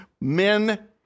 men